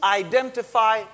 identify